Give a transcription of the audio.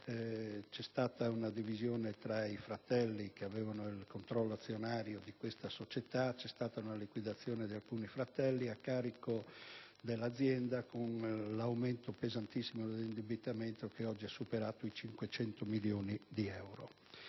c'è stata una divisione tra i fratelli che avevano il controllo azionario della società, c'è stata una liquidazione di alcuni fratelli a carico dell'azienda con l'aumento pesantissimo dell'indebitamento, che oggi ha superato i 500 milioni di euro.